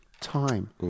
time